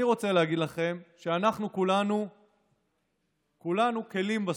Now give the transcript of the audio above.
אני רוצה להגיד לכם שאנחנו כולנו כלים בסוף.